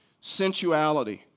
sensuality